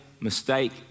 mistake